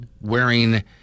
wearing